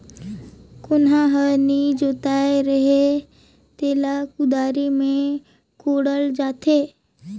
कोनहा हर नी जोताए रहें तेला कुदारी मे कोड़ल जाथे